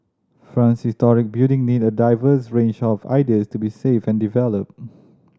France's historic building need a diverse range of ideas to be saved and developed